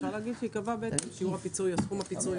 אפשר להגיד שייקבע שיעור הפיצוי או סכום הפיצוי